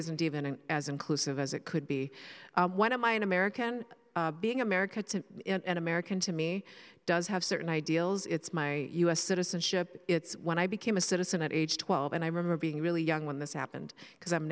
isn't even an as inclusive as it could be one of my an american being american and american to me does have certain ideals it's my u s citizenship it's when i became a citizen at age twelve and i remember being really young when this happened because i'm